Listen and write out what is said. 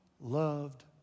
loved